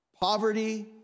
poverty